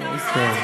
כבוד השר,